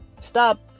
Stop